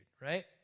right